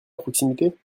proximité